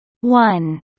One